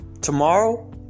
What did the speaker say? Tomorrow